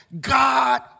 God